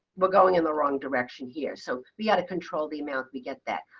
we're going in the wrong direction here. so we got to control the amount we get that.